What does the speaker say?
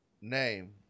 name